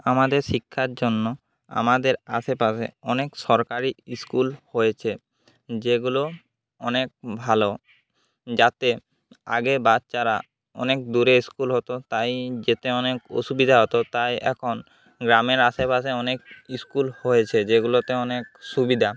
আমাদের শিক্ষার জন্য আমাদের আশেপাশে অনেক সরকারি স্কুল হয়েছে যেগুলো অনেক ভালো যাতে আগে বাচ্চারা অনেক দূরে স্কুল হতো তাই যেতে অনেক অসুবিধা হতো তাই এখন গ্রামের আশেপাশে অনেক স্কুল হয়েছে যেগুলোতে অনেক সুবিধা